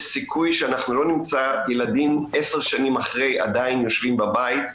יש סיכוי שאנחנו לא נמצא ילדים עשר שנים אחרי עדיין יושבים בבית.